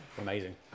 Amazing